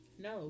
No